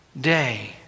day